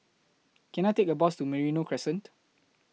Can I Take A Bus to Merino Crescent